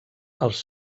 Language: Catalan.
els